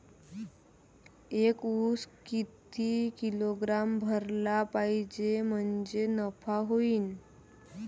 एक उस किती किलोग्रॅम भरला पाहिजे म्हणजे नफा होईन?